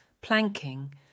planking